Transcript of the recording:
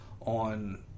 on